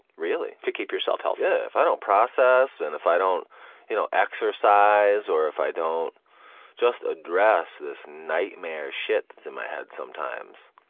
really. to keep yourself healthy? yeah, if i don't process and if i don't you know exercise or if i just address this nightmare shit that's in my head sometimes.